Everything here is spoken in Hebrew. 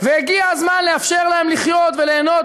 והגיע הזמן לאפשר להם לחיות וליהנות